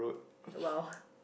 !wow!